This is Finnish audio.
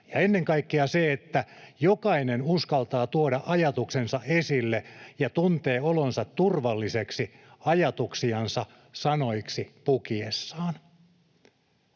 ja ennen kaikkea se, että jokainen uskaltaa tuoda ajatuksensa esille ja tuntee olonsa turvalliseksi ajatuksiansa sanoiksi pukiessaan,